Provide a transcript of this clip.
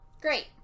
Great